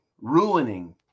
ruining